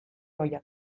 ohiak